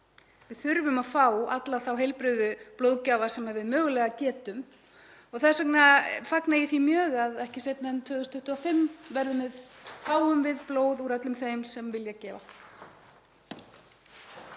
Við þurfum að fá alla þá heilbrigðu blóðgjafa sem við mögulega getum og þess vegna fagna ég því mjög að ekki seinna en 2025 fáum við blóð úr öllum þeim sem vilja gefa.